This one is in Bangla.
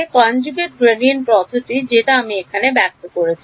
সম্মিলিত গ্রেডিয়েন্ট পদ্ধতি যেটা আমি এখানে ব্যক্ত করেছি